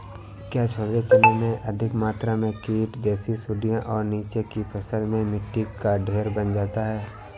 क्या छोले चने में अधिक मात्रा में कीट जैसी सुड़ियां और नीचे की फसल में मिट्टी का ढेर बन जाता है?